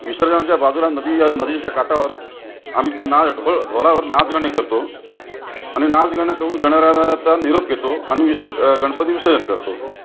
विसर्जनाच्या बाजूला नदी आहे नदीच्या काठावर आम्ही तिथं नाळ ढोळ ढोलावर नाचगाणे करतो आणि नाचगाणं करून गणरायाला निरोप देतो आणि विसं गणपती विसर्जन करतो